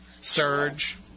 Surge